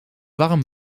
warm